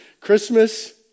Christmas